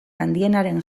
handienaren